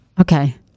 okay